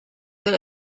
good